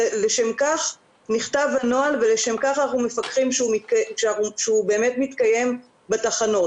לשם כך נכתב הנוהל ולשם כך אנחנו מפקחים שהוא באמת מתקיים בתחנות.